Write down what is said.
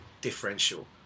differential